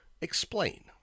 Explain